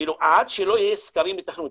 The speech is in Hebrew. כאילו עד שלא יהיו סקרי היתכנות,